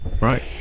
Right